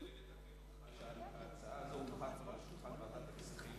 תרשה לי לתקן אותך שההצעה הזאת הונחה כבר על שולחן ועדת הכספים.